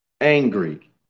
angry